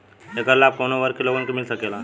ऐकर लाभ काउने वर्ग के लोगन के मिल सकेला?